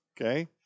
Okay